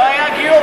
זה לא היה גיור.